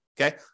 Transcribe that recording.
okay